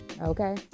okay